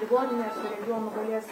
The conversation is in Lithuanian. ligoninės regionų galės